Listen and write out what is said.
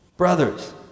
Brothers